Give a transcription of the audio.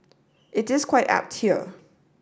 it is quite apt here